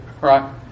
right